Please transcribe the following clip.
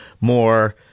more